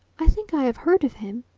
i think i have heard of him,